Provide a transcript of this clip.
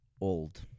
old